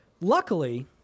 Luckily